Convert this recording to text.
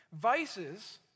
Vices